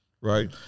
right